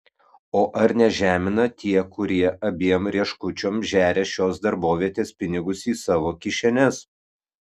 o ar nežemina tie kurie abiem rieškučiom žeria šios darbovietės pinigus į savo kišenes